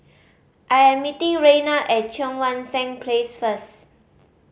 I am meeting Raynard at Cheang Wan Seng Place first